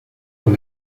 con